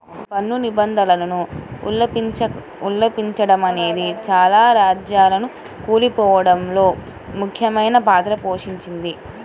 పన్ను నిబంధనలను ఉల్లంఘిచడమనేదే చాలా రాజ్యాలు కూలిపోడంలో ముఖ్యమైన పాత్ర పోషించింది